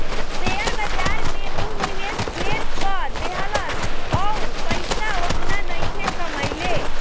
share बाजार में ऊ निवेश ढेर क देहलस अउर पइसा ओतना नइखे कमइले